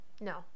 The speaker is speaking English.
no